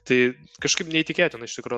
tai kažkaip neįtikėtina iš tikro